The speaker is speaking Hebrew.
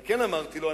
אבל כן אמרתי לו: